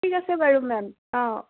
ঠিক আছে বাৰু মেম অঁ